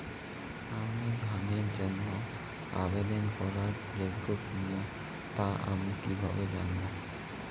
আমি ঋণের জন্য আবেদন করার যোগ্য কিনা তা আমি কীভাবে জানব?